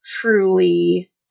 truly